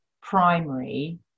primary